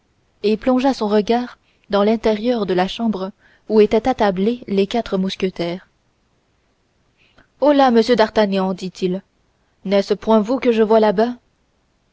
et plongea son regard dans l'intérieur de la chambre où étaient attablés les quatre mousquetaires holà monsieur d'artagnan dit-il n'est-ce point vous que je vois là-bas